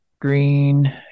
green